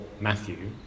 Matthew